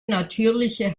natürliche